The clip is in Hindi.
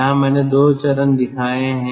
यहाँ मैंने दो चरण दिखाए हैं